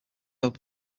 have